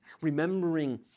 Remembering